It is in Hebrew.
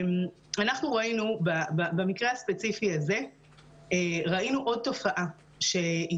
אנחנו ראינו במקרה הספציפי הזה עוד תופעה שהיא